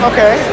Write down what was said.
Okay